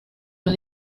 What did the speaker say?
los